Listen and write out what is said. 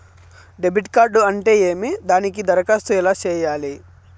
debit card అంటే ఏమి దానికి దరఖాస్తు ఎలా సేయాలి